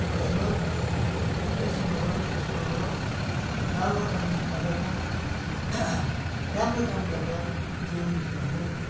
हेर्नुहोस् यसो नगर्नुहोस् उसो नगर्नुहोस् नराम्रो काम नगर्नु राम्रो काम गरेर जीवन बिताउनु